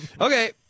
Okay